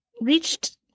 reached